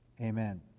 Amen